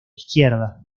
izquierda